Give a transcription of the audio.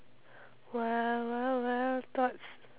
wild wild wild thoughts